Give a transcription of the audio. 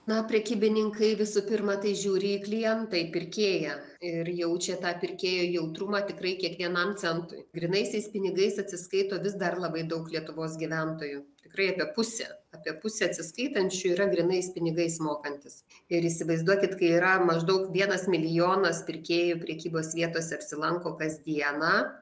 na prekybininkai visų pirma tai žiūri į klientą į pirkėją ir jaučia tą pirkėjų jautrumą tikrai kiekvienam centui grynaisiais pinigais atsiskaito vis dar labai daug lietuvos gyventojų tikrai apie pusė apie pusė atsiskaitančių yra grynais pinigais mokantis ir įsivaizduokit kai yra maždaug vienas milijonas pirkėjų prekybos vietose apsilanko kasdieną